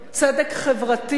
צדק חברתי,